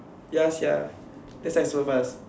ya sia that's why it's so fast